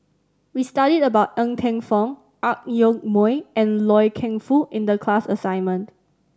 we studied about Ng Teng Fong Ang Yoke Mooi and Loy Keng Foo in the class assignment